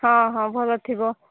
ହଁ ହଁ ଭଲ ଥିବ